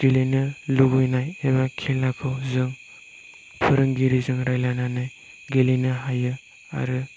गेलेनो लुबैनाय एबा खेलाखौ जों फोरोंगिरिजों रायज्लायनानै गेलेनो हायो आरो